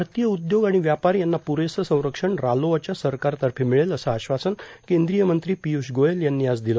भारतीय उद्योग आणि व्यापार यांना पुरेसं संरक्षण रालोआच्या सरकारतर्फे मिळेल असं आश्वासन केंद्रीय मंत्री पियूष गोयल यांनी आज दिल